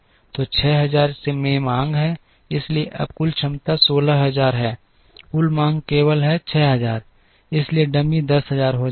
तो 6000 में मांग है इसलिए अब आपकी कुल क्षमता 16000 है कुल मांग केवल है 6000 इसलिए डमी 10000 हो जाएगा